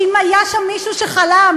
שאם היה שם מישהו שחלם,